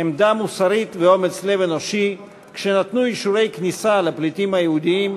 עמדה מוסרית ואומץ לב אנושי כשנתנו אישורי כניסה לפליטים היהודים,